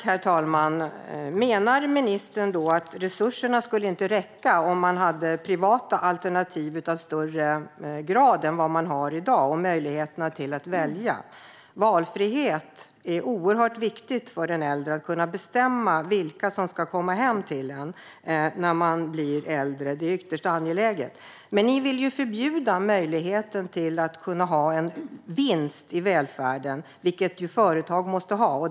Herr talman! Menar ministern då att resurserna inte skulle räcka om man hade privata alternativ i högre grad än i dag och möjligheter att välja? Valfrihet är oerhört viktigt för den äldre. Det handlar om att kunna bestämma vilka som ska komma hem till en när man blir äldre. Det är ytterst angeläget. Men ni vill ju förbjuda möjligheten att ha vinst i välfärden, vilket företag måste ha.